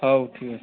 ହଉ ଠିକ୍ ଅଛି